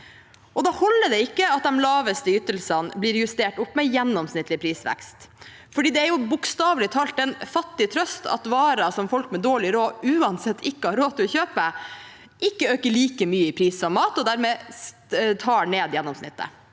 Da holder det ikke at de laveste ytelsene blir justert opp med gjennomsnittlig prisvekst, for det er bokstavelig talt en fattig trøst at varer som folk med dårlig råd uansett ikke har råd til å kjøpe, ikke øker like mye i pris som mat og dermed tar ned gjennomsnittet.